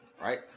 right